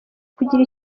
kugira